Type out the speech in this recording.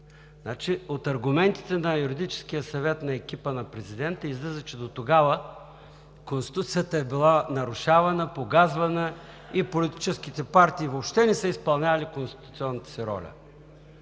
От аргументите на юридическия съвет на екипа на президента излиза, че дотогава Конституцията е била нарушавана, погазвана и политическите партии въобще не са изпълнявали конституционната си роля.